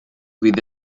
fydd